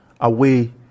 away